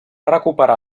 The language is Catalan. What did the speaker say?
recuperar